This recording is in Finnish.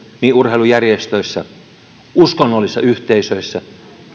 niin urheilujärjestöissä kuin uskonnollisissa yhteisöissä